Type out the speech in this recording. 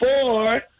four